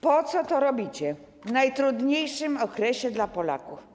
Po co to robicie w najtrudniejszym okresie dla Polaków?